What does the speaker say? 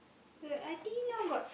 that I think now got